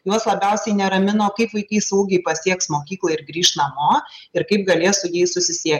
juos labiausiai neramino kaip vaikai saugiai pasieks mokyklą ir grįš namo ir kaip galės su jais susisie